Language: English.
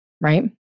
right